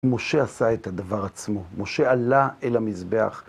משה עשה את הדבר עצמו, משה עלה אל המזבח.